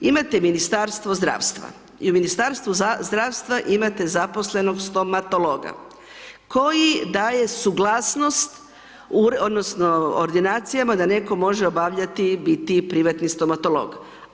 Imate Ministarstvo zdravstva i Ministarstvo zdravstva imate zaposlenog stomatologa koji daje suglasnost odnosno ordinacijama da netko može obavljati i biti privatni stomatolog.